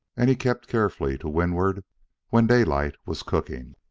and he kept carefully to windward when daylight was cooking.